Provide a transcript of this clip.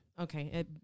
Okay